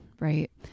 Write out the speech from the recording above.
right